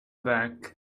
back